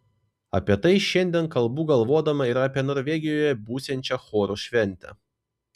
apie tai šiandien kalbu galvodama ir apie norvegijoje būsiančią chorų šventę